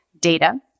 data